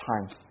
times